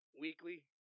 Weekly